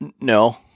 No